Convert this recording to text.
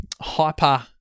hyper